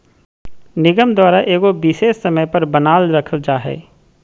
निगम द्वारा एगो विशेष समय पर बनाल रखल जा हइ